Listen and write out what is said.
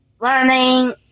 learning